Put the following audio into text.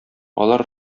алар